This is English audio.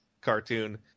cartoon